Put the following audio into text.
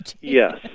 Yes